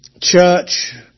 church